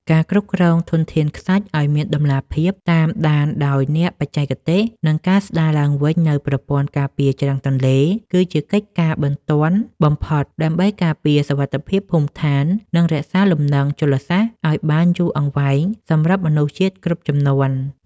ការគ្រប់គ្រងធនធានខ្សាច់ឱ្យមានតម្លាភាព តាមដានដោយអ្នកបច្ចេកទេស និងការស្តារឡើងវិញនូវប្រព័ន្ធការពារច្រាំងទន្លេ គឺជាកិច្ចការបន្ទាន់បំផុតដើម្បីការពារសុវត្ថិភាពភូមិឋាន និងរក្សាលំនឹងជលសាស្ត្រឱ្យបានយូរអង្វែងសម្រាប់មនុស្សជាតិគ្រប់ជំនាន់។